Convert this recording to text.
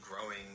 growing